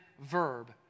verb